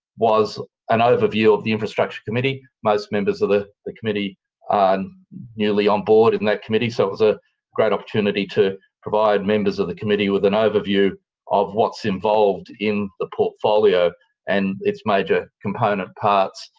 was an overview of the infrastructure committee. most members of the the committee are newly onboard in that committee. so, it was a great opportunity to provide members of the committee with an overview of what's involved in the portfolio and its major component parts,